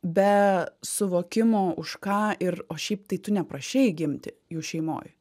be suvokimo už ką ir o šiaip tai tu neprašei gimti jų šeimoj